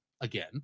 again